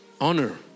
honor